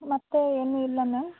ಮತ್ತು ಏನು ಇಲ್ಲ ಮ್ಯಾಮ್